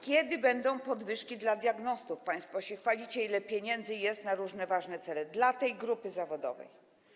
Kiedy będą podwyżki dla diagnostów - państwo się chwalicie, ile to pieniędzy jest na różne ważne cele - dla tej grupy zawodowej?